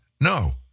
No